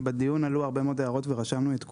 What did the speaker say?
בדיון עלו הרבה מאוד הערות ורשמנו את כולן,